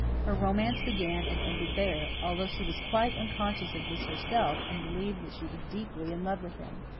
her romance began and ended there, although she was quite unconscious of this herself, and believed that she was deeply in love with him.